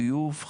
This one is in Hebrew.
ביוב,